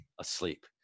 Asleep